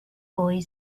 boy